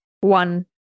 one